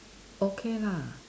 okay lah